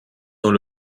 dans